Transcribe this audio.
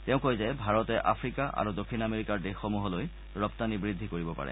তেওঁ কয় যে ভাৰতে আফ্ৰিকা আৰু দক্ষিণ আমেৰিকাৰ দেশসমূহলৈ ৰপ্তানি বৃদ্ধি কৰিব পাৰে